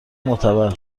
معتبر